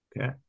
Okay